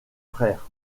frères